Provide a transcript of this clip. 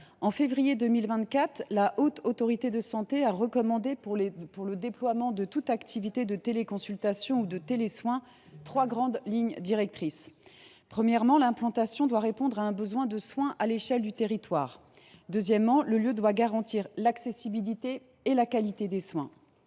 En février 2024, la Haute Autorité de santé a déterminé, pour le déploiement de toute activité de téléconsultation ou de télésoin, trois grandes lignes directrices : premièrement, l’implantation doit répondre à un besoin de soins à l’échelle du territoire ; deuxièmement, le lieu doit garantir l’accessibilité et la qualité des soins